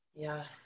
Yes